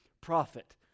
prophet